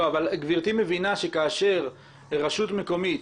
גברתי מבינה שכאשר רשות מקומית,